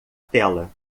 tela